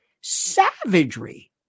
savagery